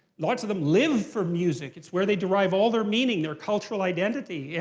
lots of them live for music, it's where they derive all their meaning, their cultural identity. yeah